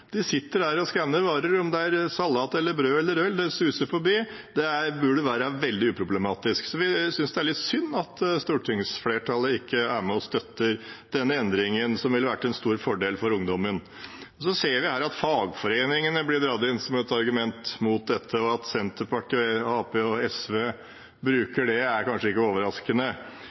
De sitter der og skanner varer, om det er salat, brød eller øl – det suser forbi, og det burde være veldig uproblematisk. Vi synes det er litt synd at stortingsflertallet ikke er med og støtter denne endringen, som ville være til stor fordel for ungdommen. Så ser vi her at fagforeningene blir dratt inn som et argument mot dette. At Senterpartiet, Arbeiderpartiet og SV bruker det, er kanskje ikke overraskende: